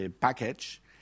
package